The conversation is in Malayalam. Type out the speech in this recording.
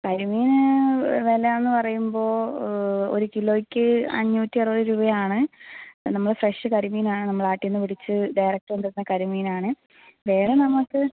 കരിമീൻ വില എന്ന് പറയുമ്പോൾ ഒരു കിലോയ്ക്ക് അഞ്ഞൂറ്റി അറുപത് രൂപയാണ് നമ്മൾ ഫ്രഷ് കരിമീനാണ് നമ്മൾ ആറ്റിൽ നിന്ന് പിടിച്ച് ഡയറക്റ്റ് കൊണ്ടുവരുന്ന കരീമീനാണ് വേറെ നമുക്ക്